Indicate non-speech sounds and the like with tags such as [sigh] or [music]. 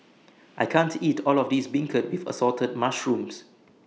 [noise] I can't eat All of This Beancurd with Assorted Mushrooms